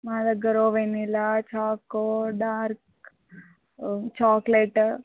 మాదగ్గర vanilla choco dark chocolate